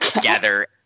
gather